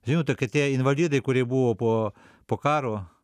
žinote kad tie invalidai kurie buvo po po karo